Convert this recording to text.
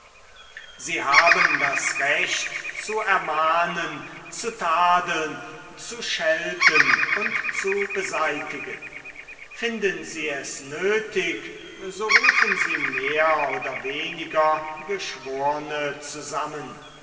sie haben das recht zu ermahnen zu tadeln zu schelten und zu beseitigen finden sie es nötig so rufen sie mehr oder weniger geschworne zusammen